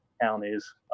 counties